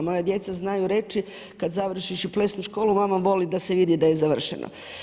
Moja djeca znaju reći kad završiš plesnu školu mama voli da se vidi da je završeno.